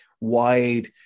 wide